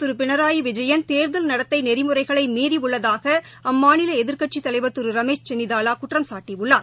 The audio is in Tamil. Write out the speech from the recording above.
திருபினராயிவிஜயன் தேர்தல் கேரளமுதலமைச்சர் நடத்தைநெறிமுறைகளைமீறியுள்ளதாகஅம்மாநிலஎதிர்க்கட்சித் தலைவர் திருரமேஷ் சென்னிதாலாகுற்றம்சாட்டியுள்ளார்